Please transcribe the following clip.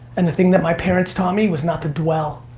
and the thing that my parents taught me was not to dwell,